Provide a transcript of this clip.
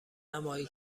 نمایی